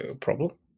problem